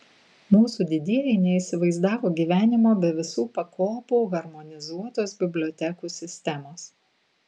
mūsų didieji neįsivaizdavo gyvenimo be visų pakopų harmonizuotos bibliotekų sistemos